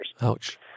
Ouch